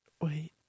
wait